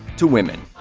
to women.